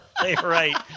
right